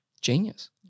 Genius